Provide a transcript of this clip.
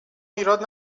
ایراد